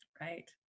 Right